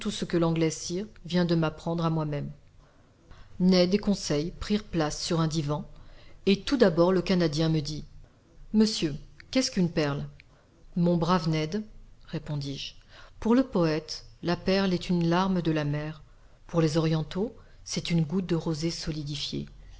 ce que l'anglais sirr vient de m'apprendre à moi-même ned et conseil prirent place sur un divan et tout d'abord le canadien me dit monsieur qu'est-ce que c'est qu'une perle mon brave ned répondis-je pour le poète la perle est une larme de la mer pour les orientaux c'est une goutte de rosée solidifiée